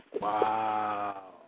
Wow